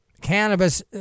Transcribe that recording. cannabis